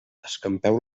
escampeu